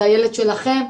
זה הילד שלכם,